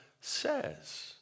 says